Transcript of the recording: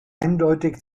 eindeutig